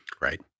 Right